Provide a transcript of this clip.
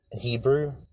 Hebrew